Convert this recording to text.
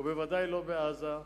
ובוודאי לא בעזה,